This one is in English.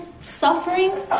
suffering